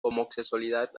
homosexualidad